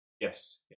Yes